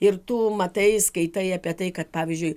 ir tu matai skaitai apie tai kad pavyzdžiui